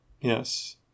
Yes